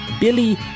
Billy